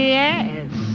yes